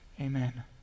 Amen